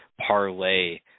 parlay